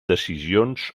decisions